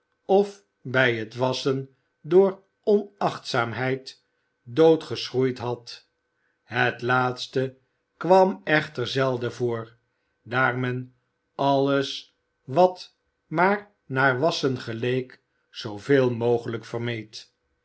of bij het wasschen door onachtzaamheid doodgeschroeid had het laatste kwam echter zelden voor daar men alles wat maar naar wasschen geleek zooveel mogelijk vermeed